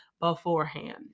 beforehand